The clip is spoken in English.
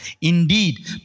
Indeed